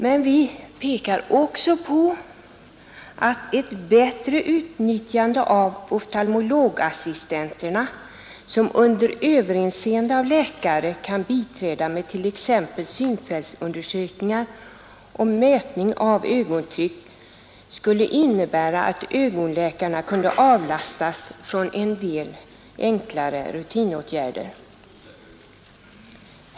Men vi pekar också på att ”ett bättre utnyttjande av oftalmologassistenterna, som under överinseende av läkare kan biträda med t.ex. synfältsundersökningar och mätning av ögontryck, skulle innebära att ögonläkarna kunde avlastas från en rad enklare rutinåtgärder.